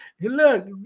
look